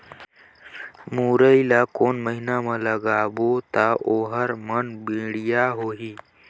मुरई ला कोन महीना मा लगाबो ता ओहार मान बेडिया होही?